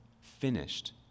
finished